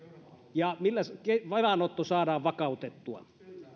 ja millä se velanotto saadaan vakautettua